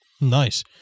Nice